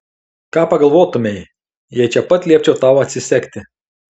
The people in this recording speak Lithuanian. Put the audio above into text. ką pagalvotumei jei čia pat liepčiau tau atsisegti